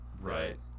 Right